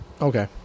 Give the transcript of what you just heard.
okay